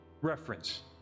Reference